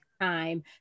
time